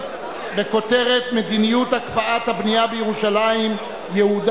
בכותרת: מדיניות הקפאת הבנייה בירושלים וביהודה